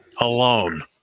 alone